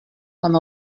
com